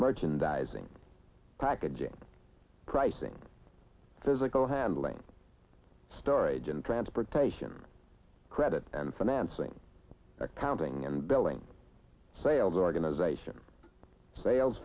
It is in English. merchandising packaging pricing physical handling storage and transportation credit and financing accounting and billing sales organization sales